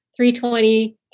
320